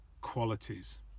qualities